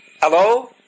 Hello